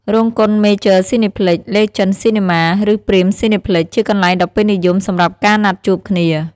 រោងកុន Major Cineplex, Legend Cinema, ឬ Prime Cineplex ជាកន្លែងដ៏ពេញនិយមសម្រាប់ការណាត់ជួបគ្នា។